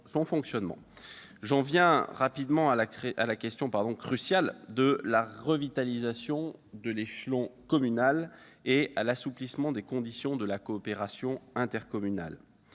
J'en viens rapidement à la question, cruciale, de la revitalisation de l'échelon communal et à l'assouplissement des conditions de la coopération intercommunale.